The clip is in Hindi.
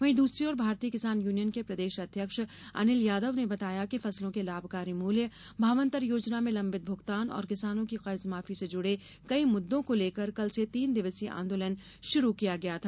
वहीं दूसरी ओर भारतीय किसान यूनियन के प्रदेश अध्यक्ष अनिल यादव ने बताया कि फसलों के लाभकारी मुल्य भावांतर योजना में लंबित भुगतान और किसानों की कर्जमाफी से जुड़े कई मुददों को लेकर कल से तीन दिवसीय आंदोलन शुरू किया था